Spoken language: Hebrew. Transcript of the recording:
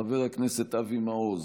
חבר הכנסת אבי מעוז,